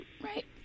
Right